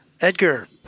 Edgar